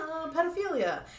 pedophilia